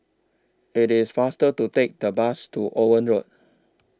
IT IS faster to Take The Bus to Owen Road